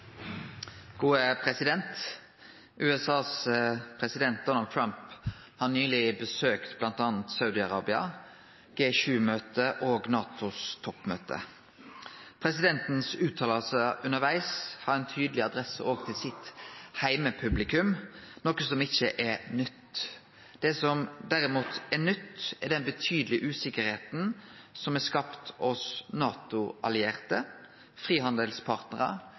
USAs president, Donald Trump, har nyleg besøkt bl.a. Saudi-Arabia, G7-møtet og NATOs toppmøte. Presidentens utsegner undervegs har ei tydeleg adresse òg til heimepublikumet, noko som ikkje er nytt. Det som derimot er nytt, er den betydelege usikkerheita som er skapt